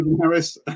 Harris